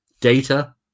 data